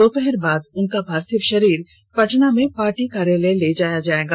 दोपहर बाद उनका पार्थिव शरीर पटना में पार्टी कार्यालय ले जाया जाएगा